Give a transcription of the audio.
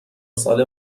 ساله